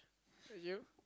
you